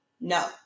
No